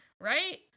right